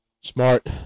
Smart